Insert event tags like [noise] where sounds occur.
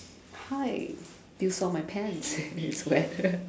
hi do you saw my pants [laughs] it's wet